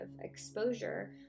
exposure